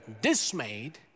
dismayed